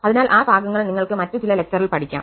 അതിനാൽ ആ ഭാഗങ്ങൾ നിങ്ങൾക് മറ്റു ചില ലെക്ചറിൽ പഠിക്കാം